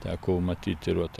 teko matyt ir vat